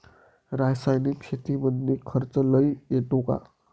रासायनिक शेतीमंदी खर्च लई येतो का?